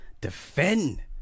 defend